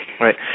Right